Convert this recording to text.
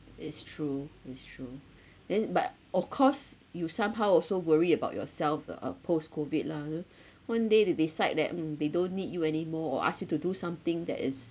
it's true it's true then but of course you somehow also worry about yourself uh uh post COVID lah you know one day they decide that mm they don't need you anymore or ask you to do something that is